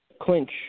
clinch